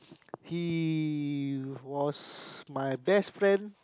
he was my best friend